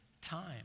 time